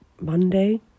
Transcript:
Monday